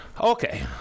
Okay